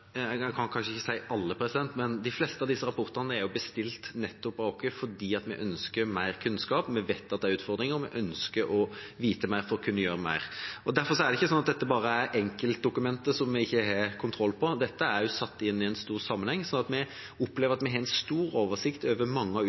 kanskje ikke alle, men de fleste av disse rapportene er bestilt av oss nettopp fordi vi ønsker mer kunnskap. Vi vet at det er utfordringer, og vi ønsker å vite mer for å kunne gjøre mer. Derfor er det ikke slik at dette bare er enkeltdokumenter som vi ikke har kontroll på. Dette er satt inn i en stor sammenheng, og vi opplever at vi har god oversikt over mange av